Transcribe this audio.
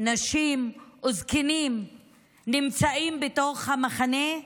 נשים וזקנים נמצאים בתוך המחנה,